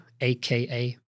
aka